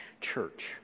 Church